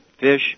fish